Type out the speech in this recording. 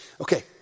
Okay